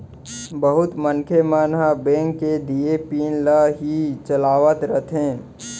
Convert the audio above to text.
बहुत मनखे मन ह बेंक के दिये पिन ल ही चलावत रथें